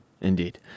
Indeed